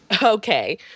Okay